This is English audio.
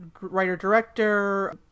writer-director